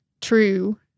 true